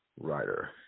writer